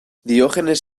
diogenes